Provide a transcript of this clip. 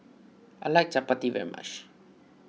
I like Chappati very much